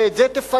ואת זה תפנה,